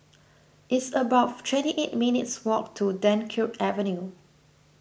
it's about twenty eight minutes' walk to Dunkirk Avenue